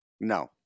No